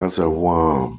reservoir